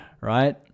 right